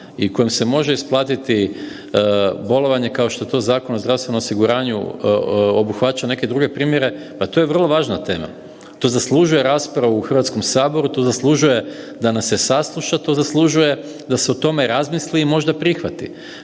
i kojem se može isplatiti bolovanje kao što to Zakon o zdravstvenom osiguranju obuhvaća neke druge primjere, pa to je vrlo važna tema. To zaslužuje raspravu u Hrvatskom saboru, to zaslužuje da nas se sasluša, to zaslužuje da se o tome razmisli i možda prihvati.